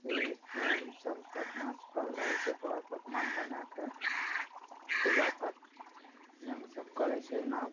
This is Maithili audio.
तेल पूड़ी सबके अपना चिपकल रहय छै पर पकवान बनाकऽ पूजा पाठ नियमसँ करय छै नऽ